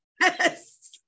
Yes